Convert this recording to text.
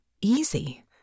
easy